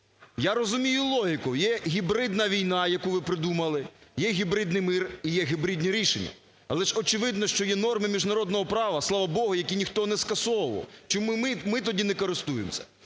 Я розумію логіку, є гібридна війна, яку ви придумали, є гібридний мир і є гібридні рішення. Але ж очевидно, що є норми міжнародного права, слава Богу, які ніхто не скасовував. Чому ми тоді не користуємося?